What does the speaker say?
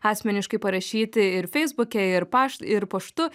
asmeniškai parašyti ir feisbuke ir paš ir paštu